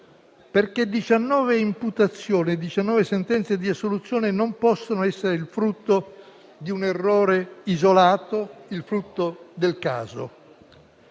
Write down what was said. perché 19 imputazioni e 19 sentenze di assoluzione non possono essere il frutto di un errore isolato o del caso: